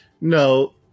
No